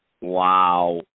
Wow